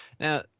Now